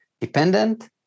dependent